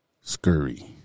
Scurry